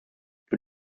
wir